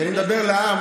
כי אני מדבר לעם,